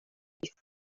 police